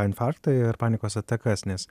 infarktą ir panikos atakas nes